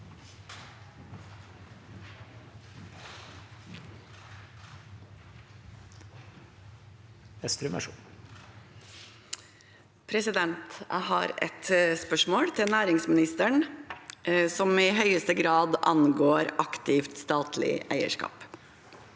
Jeg har et spørsmål til næringsministeren som i høyeste grad angår aktivt statlig eierskap.